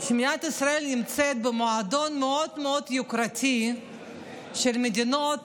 שמדינת ישראל נמצאת במועדון מאוד מאוד יוקרתי של מדינות